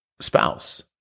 spouse